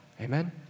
amen